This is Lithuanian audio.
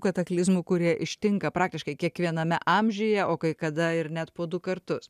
kataklizmų kurie ištinka praktiškai kiekviename amžiuje o kai kada ir net po du kartus